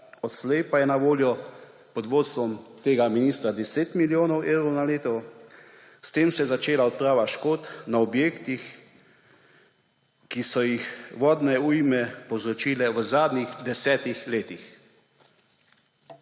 odslej pa je na voljo pod vodstvom tega ministra 10 milijonov evrov na leto. S tem se je začela odprava škod na objektih, ki so jih vodne ujme povzročile v zadnjih 10 letih.